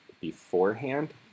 beforehand